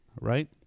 right